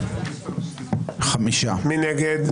מי נגד?